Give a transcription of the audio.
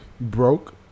broke